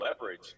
leverage